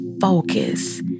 focus